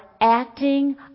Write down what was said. acting